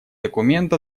документ